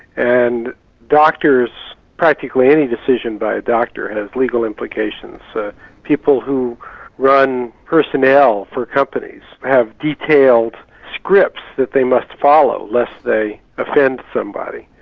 and doctors, practically any decision by a doctor, has legal implications. so people who run personnel for companies have detailed scripts that they must follow lest they offend somebody.